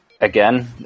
again